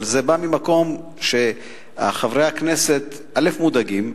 אבל זה בא ממקום שחברי הכנסת מודאגים,